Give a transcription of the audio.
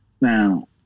Now